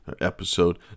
episode